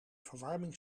verwarming